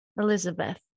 elizabeth